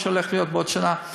מה שהולך להיות בעוד שנה.